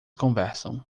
conversam